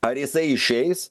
ar jisai išeis